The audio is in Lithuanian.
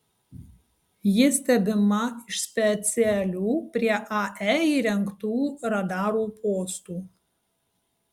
ji stebima iš specialių prie ae įrengtų radarų postų